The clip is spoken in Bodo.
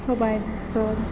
सबाय बेसर